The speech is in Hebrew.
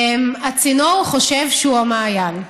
הצינור חושב שהוא המעיין: